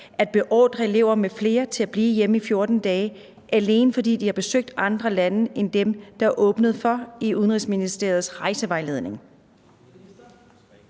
at beordre elever m.fl. til at blive hjemme i 14 dage, alene fordi de har besøgt andre lande end dem, der er åbnet for i Udenrigsministeriets rejsevejledning?